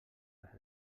les